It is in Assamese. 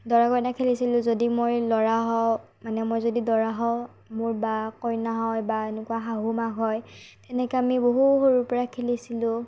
দৰা কইনা খেলিছিলো যদি মই ল'ৰা হওঁ মানে মই যদি দৰা হওঁ মোৰ বা কইনা হয় বা এনেকুৱা শাহুমা হয় তেনেকৈ আমি বহু সৰুৰ পৰা খেলিছিলো